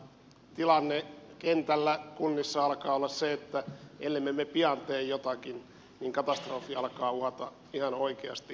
tilanne kentällä kunnissa alkaa olla se että ellemme me pian tee jotakin niin katastrofi alkaa uhata ihan oikeasti